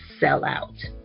sellout